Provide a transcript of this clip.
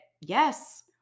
yes